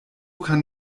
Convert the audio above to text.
kann